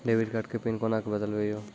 Debit card के PIN कोना के बदलबै यो?